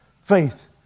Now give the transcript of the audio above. Faith